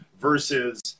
versus